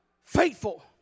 faithful